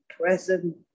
present